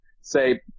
say